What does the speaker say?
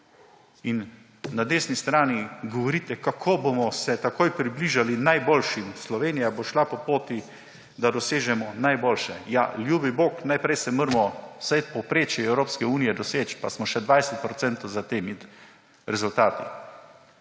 Na desni strani govorite, kako se bomo takoj približali najboljšim, Slovenija bo šla po poti, da dosežemo najboljše. Ja, ljubi bog, najprej moramo vsaj povprečje Evropske unije doseči, pa smo še 20 % za temi rezultati.